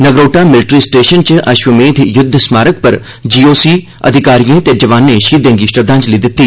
Nagrota military station च अश्वमेघ युद्ध स्मारक पर जीओसी अधिकारिएं ते जोआनें शहीदें गी श्रद्धांजलि दित्ती